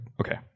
Okay